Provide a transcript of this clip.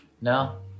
No